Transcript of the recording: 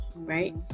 Right